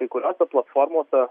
kai kuriose platformose